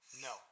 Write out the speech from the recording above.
No